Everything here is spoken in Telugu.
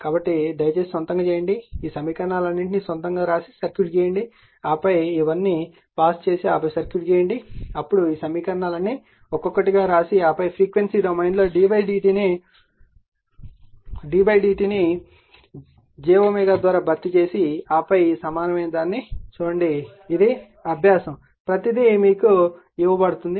కాబట్టి ఇది దయచేసి మీరు స్వంతగా చేయండి మొదట ఈ సమీకరణాలన్నింటినీ స్వంతం గా వ్రాసి సర్క్యూట్ను గీయండి ఆపై ఇవన్నీ పాజ్ చేసి ఆపై సర్క్యూట్ను గీయండి అప్పుడు ఈ సమీకరణాలన్నీ ఒక్కొక్కటిగా వ్రాసి ఆపై ఫ్రీక్వెన్సీ డొమైన్ లో d dt ను j ద్వారా భర్తీ చేసి ఆపై ఈ సమానమైన దానిని చూడండి ఇది అభ్యాసం ప్రతీది మీకు ఇవ్వబడినది